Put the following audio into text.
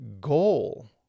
goal